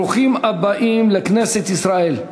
ברוכים הבאים לכנסת ישראל.